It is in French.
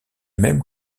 même